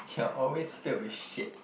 you are always filled with shit